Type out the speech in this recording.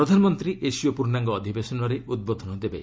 ପ୍ରଧାନମନ୍ତ୍ରୀ ଏସ୍ସିଓ ପୂର୍ଷାଙ୍ଗ ଅଧିବେଶନରେ ଉଦ୍ବୋଧନ ଦେବେ